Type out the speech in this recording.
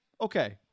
Okay